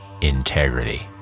integrity